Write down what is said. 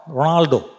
Ronaldo